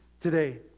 today